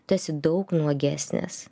tu esi daug nuogesnis